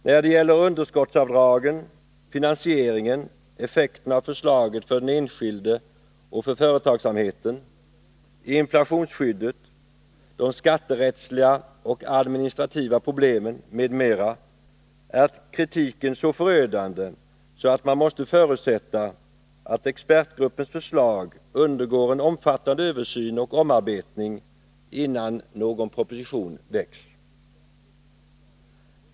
Då det gäller underskottsavdragen, finansieringen, effekterna av förslaget för den enskilde och för företagsamheten, inflationsskyddet, de skatterättsliga och administrativa problemen m.m. är kritiken så förödande, att man måste förutsätta att expertgruppens förslag undergår en omfattande översyn och omarbetning innan någon proposition läggs fram.